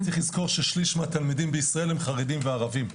צריך לזכור ששליש מהתלמידים בישראל הם חרדים וערבים.